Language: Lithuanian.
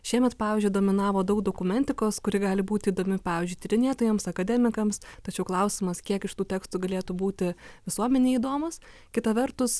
šiemet pavyzdžiui dominavo daug dokumentikos kuri gali būti įdomi pavyzdžiui tyrinėtojams akademikams tačiau klausimas kiek iš tų tekstų galėtų būti visuomenei įdomūs kita vertus